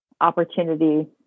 opportunity